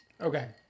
Okay